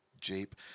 jeep